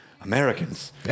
Americans